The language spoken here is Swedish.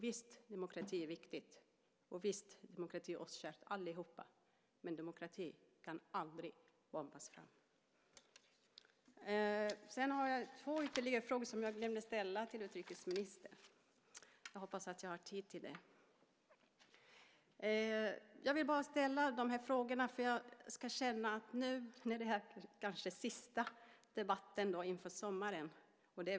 Visst är demokrati viktigt, och demokrati är kärt för oss alla. Men demokrati kan aldrig bombas fram. Jag har ytterligare två frågor till utrikesministern som jag glömde ställa. Jag hoppas att jag har tid att ställa dem nu. Jag vill ställa dem eftersom detta väl blir sista debatten om Irak före sommaren.